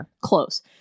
close